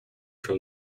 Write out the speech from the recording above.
from